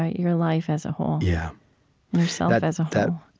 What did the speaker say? ah your life as a whole, yeah yourself but as um